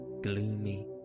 gloomy